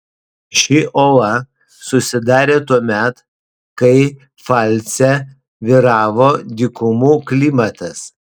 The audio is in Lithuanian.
ši uola susidarė tuomet kai pfalce vyravo dykumų klimatas